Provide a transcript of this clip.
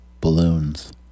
balloons